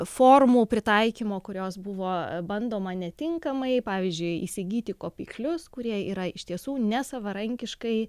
formų pritaikymo kurios buvo bandoma netinkamai pavyzdžiui įsigyti kopiklius kurie yra iš tiesų ne savarankiškai